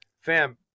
fam